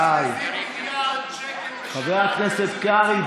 היה לכם כסף לשלם משכורות, חבר הכנסת קרעי,